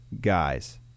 guys